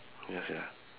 ya sia